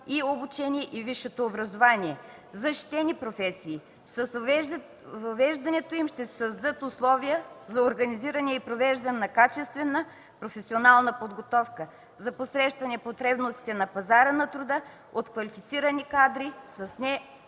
и обучение и висшето образование. - Защитени професии. С въвеждането им ще се създадат условия за организиране и провеждане на качествена професионална подготовка за посрещане потребностите на пазара на труда от квалифицирани кадри с